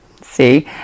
See